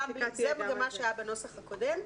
זה גם מה שהיה בנוסח הקודם,